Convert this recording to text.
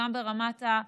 גם ברמת היישוב.